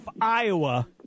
Iowa